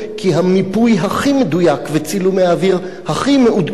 כי המיפוי הכי מדויק וצילומי האוויר הכי מעודכנים